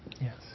Yes